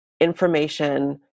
information